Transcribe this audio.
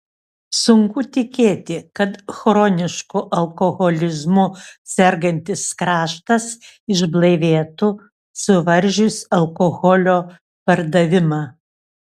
sunku tikėti kad chronišku alkoholizmu sergantis kraštas išblaivėtų suvaržius alkoholio pardavimą